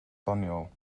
doniol